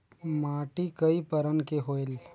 माटी कई बरन के होयल?